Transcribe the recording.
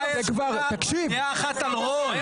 תירגעו.